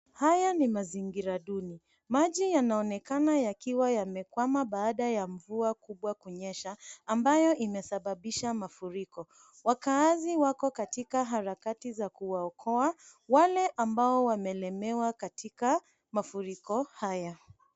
Haya ni mazingira duni. Maji yanaonekana yakiwa yamekwama baada ya mvua kubwa kunyesha ambayo imesababisha mafuriko. Wakaazi wako katika harakati za kuwaokoa wale ambao wamelemewa katika mafuriko haya.